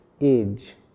age